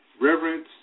reverence